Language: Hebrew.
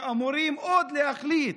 שאמורים להחליט